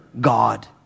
God